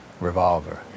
Revolver